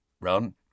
Run